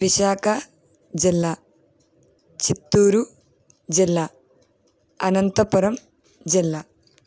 విశాఖ జిల్లా చిత్తూరు జిల్లా అనంతపురం జిల్లా